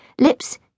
lips